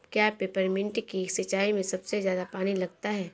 क्या पेपरमिंट की सिंचाई में सबसे ज्यादा पानी लगता है?